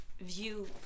view